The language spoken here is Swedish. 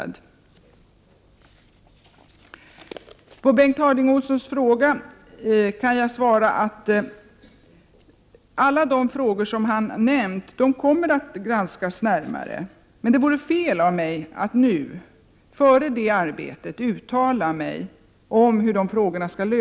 Med anledning av Bengt Harding Olsons frågor kan jag säga att alla de frågor som han nämnt kommer att granskas närmare. Men det vore fel av mig att nu, före det arbetet, uttala mig om hur lösningarna skall se ut.